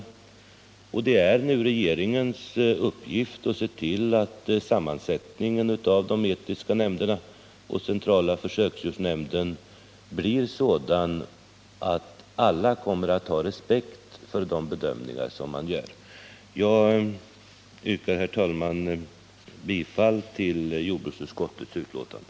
Det är nu regeringens uppgift att se till att sammansättningen av de etiska nämnderna och centrala försöksdjursnämnden blir sådan att alla kommer att ha respekt för de bedömningar som görs. Jag yrkar, herr talman, bifall till jordbruksutskottets hemställan.